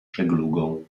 żeglugą